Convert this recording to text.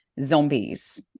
zombies